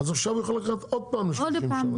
אז הוא שם יכול לקחת עוד פעם ל-30 שנה.